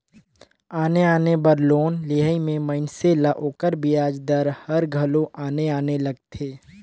आने आने बर लोन लेहई में मइनसे ल ओकर बियाज दर हर घलो आने आने लगथे